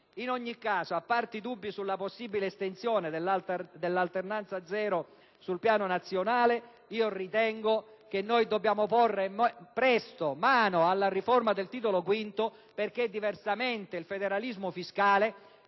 In ogni caso, a parte i dubbi sulla possibile estensione dell'alternanza zero sul piano nazionale, ritengo che dobbiamo porre presto mano alla riforma del Titolo V, perché diversamente il federalismo fiscale